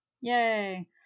Yay